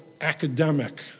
academic